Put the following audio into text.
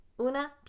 una